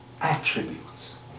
attributes